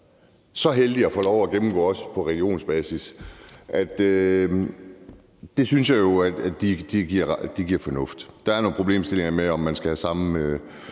så heldig at få lov at gennemgå, også på regionsbasis, synes jeg er fornuftige. Der er nogle problemstillinger med, om man skal have samme